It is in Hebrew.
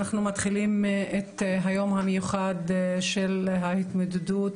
אנחנו מתחילים את היום המיוחד של ההתמודדות